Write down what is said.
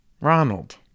Ronald